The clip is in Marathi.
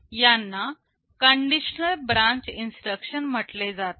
यांना कंडिशनल ब्रांच इन्स्ट्रक्शन म्हटले जाते